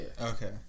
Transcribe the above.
Okay